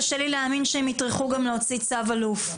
קשה לי להאמין שהם יטרחו להוציא גם צו אלוף.